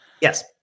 Yes